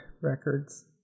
records